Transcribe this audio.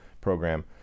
program